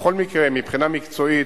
בכל מקרה, מבחינה מקצועית,